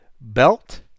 belt